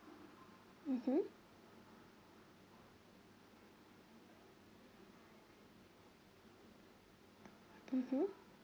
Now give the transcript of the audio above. mmhmm